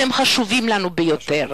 אתם חשובים לנו ביותר.